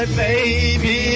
baby